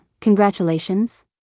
congratulations